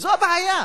זו הבעיה.